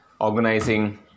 organizing